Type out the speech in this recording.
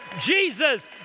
Jesus